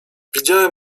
widziałem